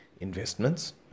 investments